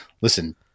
listen